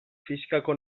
fisikako